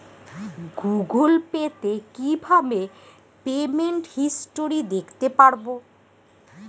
Google Pay তে কিভাবে payment history দেখতে পারবো?